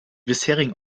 bisherigen